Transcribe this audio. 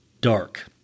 dark